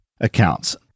accounts